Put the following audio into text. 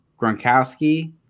Gronkowski